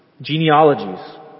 genealogies